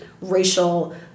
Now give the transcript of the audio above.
racial